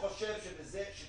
גם